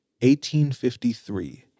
1853